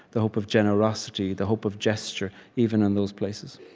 the hope of generosity, the hope of gesture even in those places